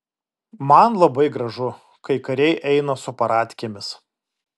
man labai gražu kai kariai eina su paradkėmis